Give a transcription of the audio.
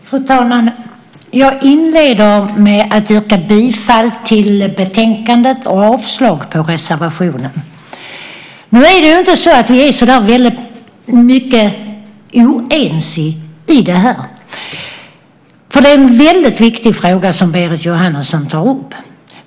Fru talman! Jag inleder med att yrka bifall till utskottets förslag och avslag på reservationen. Nu är vi inte så väldigt oense i det här. Det är en väldigt viktig fråga som Berit Jóhannesson tar upp.